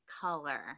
color